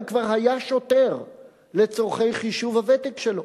כבר היה שוטר לצורכי חישוב הוותק שלו.